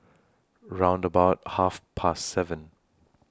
round about Half Past seven